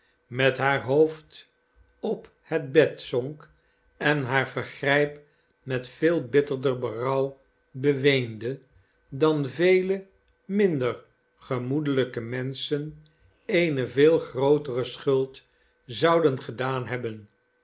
met haar hoofd op het bed zonk en haar vergrijp met veel bitterder berouw beweende dan vele minder gemoedelijke menschen eene veel grootere schuld zouden gedaan hebben